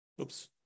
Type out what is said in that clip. Oops